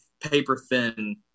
paper-thin